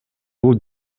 бул